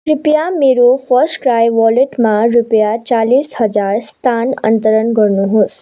कृपया मेरो फर्स्टक्राई वालेटमा रुपैयाँ चालिस हजार स्थानान्तरण गर्नुहोस्